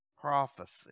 prophecy